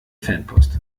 fanpost